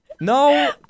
no